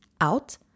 out